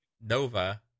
Nova